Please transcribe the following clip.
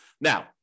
Now